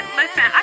listen